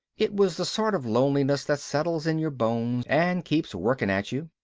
it was the sort of loneliness that settles in your bones and keeps working at you.